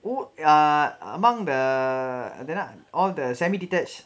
ah among the அது என்னா:athu ennaa all the semi-detached